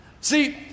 See